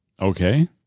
Okay